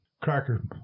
Cracker